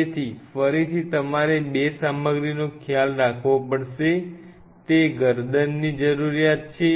તેથી ફરીથી તમારે બે સામગ્રીનો ખ્યાલ રાખ વો પડશે તે ગરદનની જરૂરિયાત છે